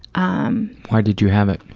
um why did you have it?